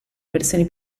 versioni